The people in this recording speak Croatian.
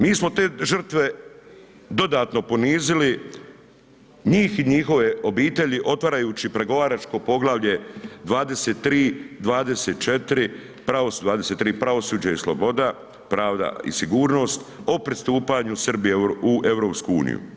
Mi smo te žrtve dodatno ponizili, njih i njihove obitelji otvarajući pregovaračko poglavlje 23., 24. 23. pravosuđe i sloboda, pravda i sigurnost o pristupanju Srbije u EU.